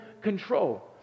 control